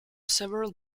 several